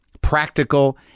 practical